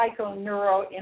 psychoneuroimmunology